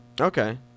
okay